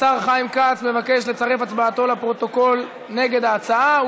השר חיים כץ מבקש לצרף הצבעתו לפרוטוקול נגד ההצעה.